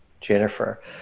Jennifer